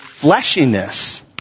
fleshiness